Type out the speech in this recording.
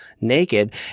Naked